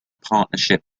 partnership